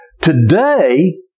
Today